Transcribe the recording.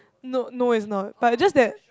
no no is not but it's just that